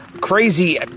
crazy